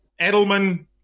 Edelman